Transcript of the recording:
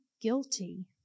guilty